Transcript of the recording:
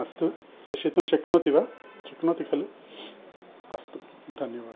अस्तु प्रेषयितुं शक्नोति वा शक्नोति खलु अस्तु धन्यवादः